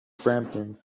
frampton